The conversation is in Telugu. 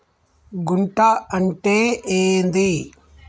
గుంట అంటే ఏంది?